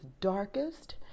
darkest